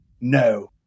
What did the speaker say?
No